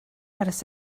ers